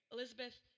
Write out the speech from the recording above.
Elizabeth